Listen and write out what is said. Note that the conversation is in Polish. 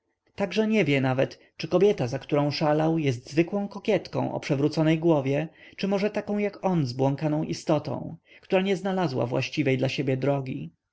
że nie wie nawet czy kobieta za którą szalał jest zwykłą kokietką o przewróconej głowie czy może taką jak on zbłąkaną istotą która nie znalazła właściwej dla siebie drogi